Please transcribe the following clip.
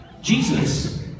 Jesus